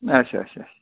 اَچھا اَچھا